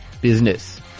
Business